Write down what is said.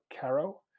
Caro